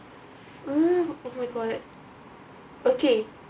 mm oh my god okay